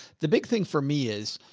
the big thing for me is,